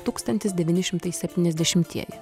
tūkstantis devyni šimtai septyniasdešimtieji